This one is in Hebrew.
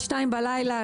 2 בלילה,